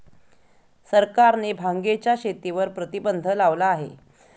सरकारने भांगेच्या शेतीवर प्रतिबंध लावला आहे